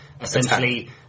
essentially